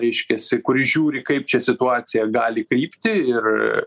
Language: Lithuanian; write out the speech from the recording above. reiškiasi kuris žiūri kaip čia situacija gali krypti ir